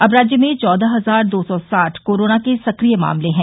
अब राज्य में चौदह हजार दो सौ साठ कोरोना के सक्रिय मामले हैं